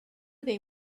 they